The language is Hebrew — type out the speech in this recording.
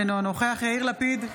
אינו נוכח יאיר לפיד,